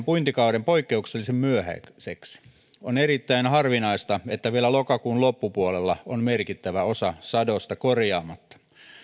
puintikauden poikkeuksellisen myöhäiseksi on erittäin harvinaista että vielä lokakuun loppupuolella on merkittävä osa sadosta korjaamatta